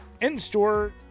in-store